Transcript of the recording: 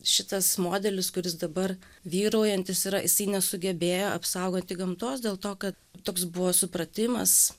šitas modelis kuris dabar vyraujantis yra jisai nesugebėjo apsaugoti gamtos dėl to kad toks buvo supratimas